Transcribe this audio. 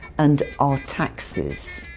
and our taxes.